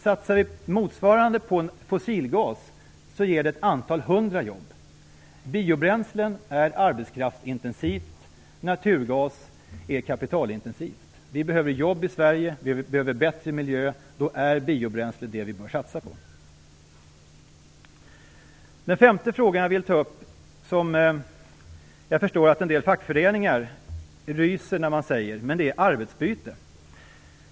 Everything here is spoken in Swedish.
Satsar vi motsvarande på fossilgas ger det ett antal hundra jobb. Biobränslen är arbetskraftsintensivt, och naturgas är kapitalintensivt. Vi behöver jobb i Sverige och bättre miljö, och då är biobränsle det vi bör satsa på. Den femte frågan jag vill ta upp - och jag förstår att en del fackföreningar ryser när man nämner den - är arbetsbyte.